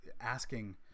asking